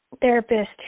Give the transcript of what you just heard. therapist